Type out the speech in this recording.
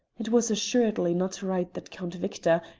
it was, assuredly, not right that count victor,